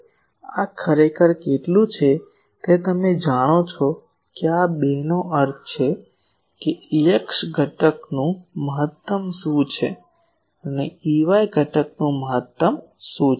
હવે આ ખરેખર કેટલું છે તે તમે જાણો છો કે આ 2 નો અર્થ એ છે કે Ex ઘટકનું મહત્તમ શું છે અને Ey ઘટકનું મહત્તમ શું છે